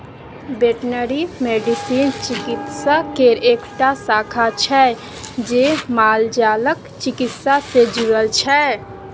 veterinary medicine चिकित्सा केर एकटा शाखा छै जे मालजालक चिकित्सा सँ जुरल छै